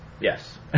Yes